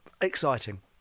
Exciting